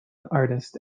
artist